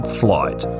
flight